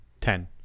Ten